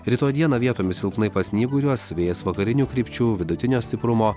rytoj dieną vietomis silpnai pasnyguriuos vėjas vakarinių krypčių vidutinio stiprumo